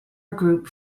group